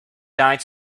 died